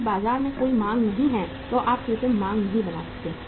यदि बाजार में कोई मांग नहीं है तो आप कृत्रिम मांग नहीं बना सकते